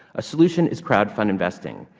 a solution is crowdfunding investing.